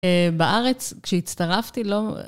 בארץ, כשהצטרפתי, לא...